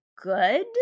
good